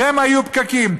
שמא יהיו פקקים.